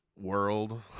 world